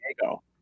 Diego